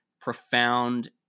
profound